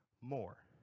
more